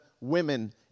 women